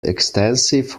extensive